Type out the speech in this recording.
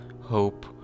hope